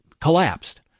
collapsed